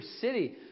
city